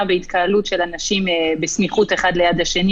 והתקהלות של אנשים בסמיכות אחד ליד השני,